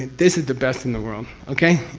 this is the best in the world. okay?